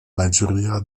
majoria